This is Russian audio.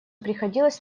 приходилось